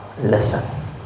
listen